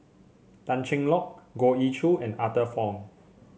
Tan Cheng Lock Goh Ee Choo and Arthur Fong